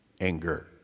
anger